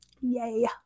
yay